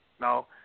no